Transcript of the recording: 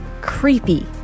creepy